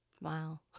Wow